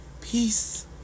Peace